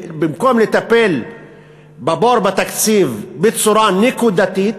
במקום לטפל בבור בתקציב בצורה נקודתית,